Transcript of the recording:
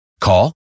Call